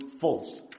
false